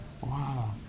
wow